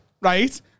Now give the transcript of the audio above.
right